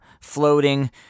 floating